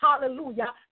Hallelujah